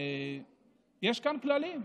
יש כאן כללים.